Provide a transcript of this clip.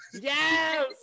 yes